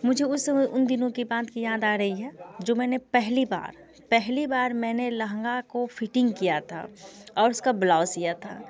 मुझे उस समय उन दिनों की बात की याद आ रही है जो मैंने पहली बार पहली बार मैंने लहंगा को फ़िटींग किया था और उसका ब्लाउज़ सिया था